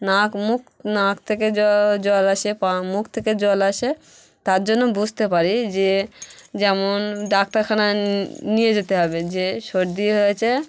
নাক মুখ নাক থেকে জ জল আসে পা মুখ থেকে জল আসে তারজন্য বুঝতে পারি যে যেমন ডাক্তারখানায় নিয়ে যেতে হবে যে সর্দি হয়েছে